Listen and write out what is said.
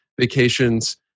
vacations